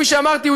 כפי שאמרתי,